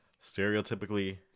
stereotypically